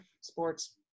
sports